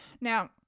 Now